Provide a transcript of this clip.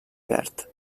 verd